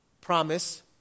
promise